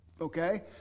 Okay